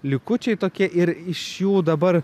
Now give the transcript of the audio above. likučiai tokie ir iš jų dabar